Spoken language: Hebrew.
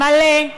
מלא,